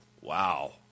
Wow